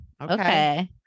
okay